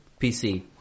PC